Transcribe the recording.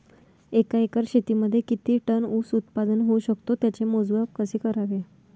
एका एकर शेतीमध्ये किती टन ऊस उत्पादन होऊ शकतो? त्याचे मोजमाप कसे करावे?